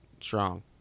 strong